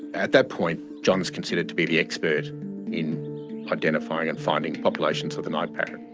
at that point, john is considered to be the expert in identifying and finding populations of the night parrot.